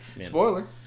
Spoiler